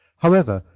however,